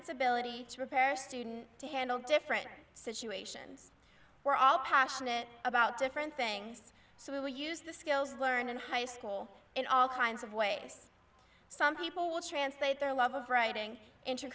its ability to repair student to handle different situations we're all passionate about different things so we use the skills learned in high school in all kinds of ways some people will translate their love of writing into